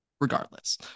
regardless